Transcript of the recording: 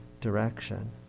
direction